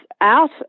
out